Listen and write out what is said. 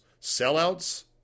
Sellouts